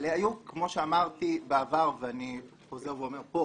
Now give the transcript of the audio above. כמו שאמרתי בעבר ואני חוזר ואומר פה